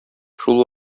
шул